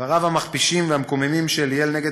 דבריו המכפישים והמקוממים של ליאל נגד